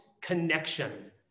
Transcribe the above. connection